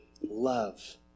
love